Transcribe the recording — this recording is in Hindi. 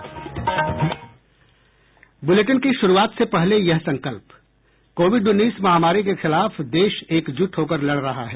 बूलेटिन की शुरूआत से पहले ये संकल्प कोविड उन्नीस महामारी के खिलाफ देश एकजुट होकर लड़ रहा है